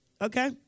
Okay